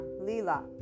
Lila